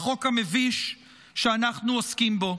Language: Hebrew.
לחוק המביש שאנחנו עוסקים בו.